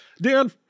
Dan